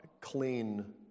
clean